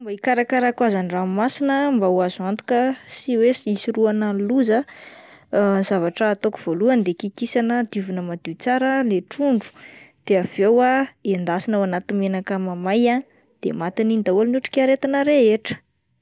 Fomba hikarakarako hazan-dranomasina mba ho azo antoka sy hoe hi-hisorohana ny loza zavatra ataoko voalohany dia kikisana, diovina madio tsara ilay trondro, de avy eo ah endasina ao anaty menaka mamay ah de matin'iny daholo ny otrik'aretina rehetra.